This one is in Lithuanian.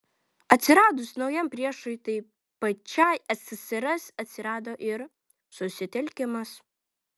atsiradus naujam priešui tai pačiai ssrs atsirado ir susitelkimas